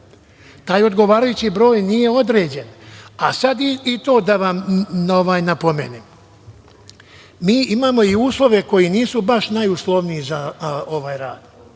Taj odgovarajući broj nije određen. Sada i da vam napomenem da imamo i uslove koji nisu baš najuslovniji za ovaj rad.